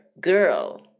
girl